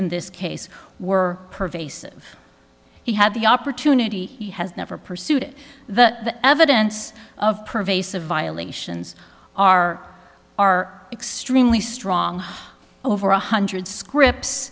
in this case were pervasive he had the opportunity he has never pursued the evidence of pervasive violations are are extremely strong over one hundred scripts